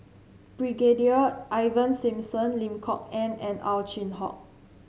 Brigadier Ivan Simson Lim Kok Ann and Ow Chin Hock